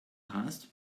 past